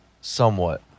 somewhat